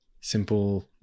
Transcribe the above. simple